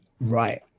right